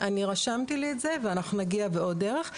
אני רשמתי לי את זה, אנחנו נגיע בעוד דרך.